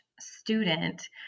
student